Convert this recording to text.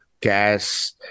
Gas